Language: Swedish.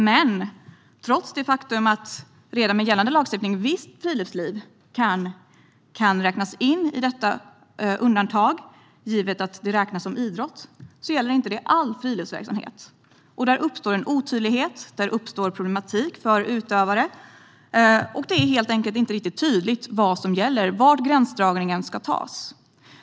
Men trots det faktum att visst friluftsliv redan med gällande lagstiftning kan räknas in i detta undantag, givet att det räknas som idrott, gäller det inte all friluftsverksamhet. Där uppstår en otydlighet, och där uppstår problematik för utövare. Det är helt enkelt inte riktigt tydligt vad som gäller och var gränsen ska dras.